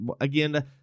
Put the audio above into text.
Again